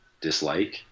dislike